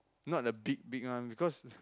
not the big big one because